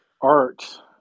art